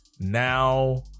Now